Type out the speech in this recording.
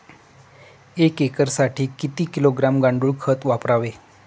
एक एकरसाठी किती किलोग्रॅम गांडूळ खत वापरावे?